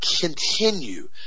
continue